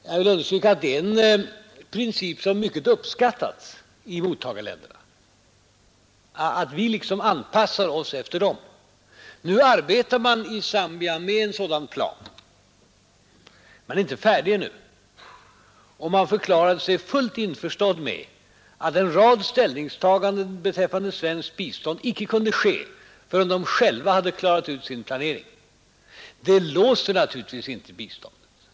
Jag vill understryka att det är en princip som mycket uppskattas av mottagarländerna. Nu arbetar man i Zambia med en sådan plan, men man är inte ännu färdig. Man förklarade sig fullt införstådd med att en rad ställningstaganden beträffande svenskt bistånd icke kunde ske förrän man själv klarat ut sin planering. ; Detta låser naturligtvis inte biståndet.